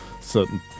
certain